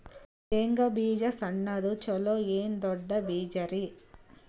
ಶೇಂಗಾ ಬೀಜ ಸಣ್ಣದು ಚಲೋ ಏನ್ ದೊಡ್ಡ ಬೀಜರಿ?